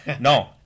no